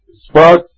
spot